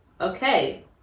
Okay